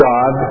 God